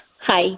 Hi